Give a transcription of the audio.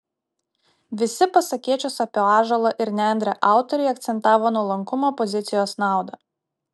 visi pasakėčios apie ąžuolą ir nendrę autoriai akcentavo nuolankumo pozicijos naudą